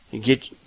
get